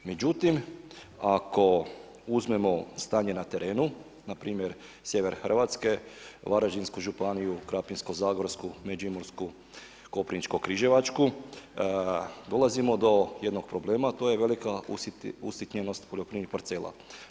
Međutim, ako uzmemo stanje na terenu, na primjer sjever Hrvatske, Varaždinsku županiju, Krapinsko-zagorsku, Međimursku, Koprivničko-križevačku dolazimo do jednog problema, a to je velika usitnjenost poljoprivrednih parcela.